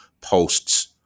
posts